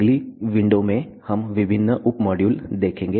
अगली विंडो में हम विभिन्न उप मॉड्यूल देखेंगे